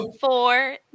four